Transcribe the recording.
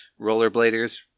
rollerbladers